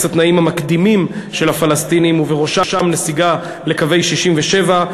התנאים המקדימים של הפלסטינים ובראשם נסיגה לקווי 67',